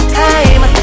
time